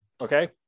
Okay